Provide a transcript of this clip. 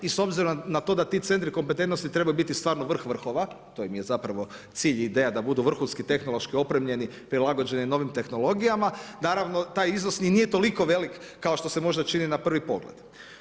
I s obzirom na to da ti centri kompetentnosti trebaju biti stvarno vrh vrhova, to im je zapravo cilj i ideja, da budu vrhunski tehnološki opremljeni, prilagođeni novim tehnologijama, naravno taj iznos nije ni toliko velik, kao što se možda čini na prvi pogled.